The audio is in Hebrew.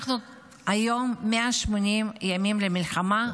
היום אנחנו 180 ימים למלחמה,